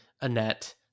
Annette